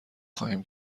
خواهیم